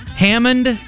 Hammond